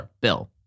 bill